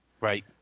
Right